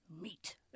meat